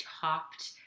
topped